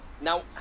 now